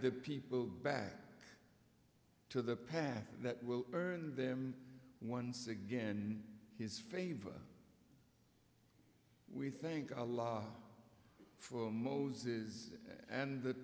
the people back to the path that will earn them once again his favor we thank our law for moses and the